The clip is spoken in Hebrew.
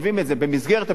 במסגרת הביטחון התזונתי.